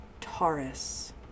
Taurus